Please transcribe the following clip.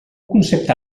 concepte